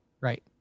right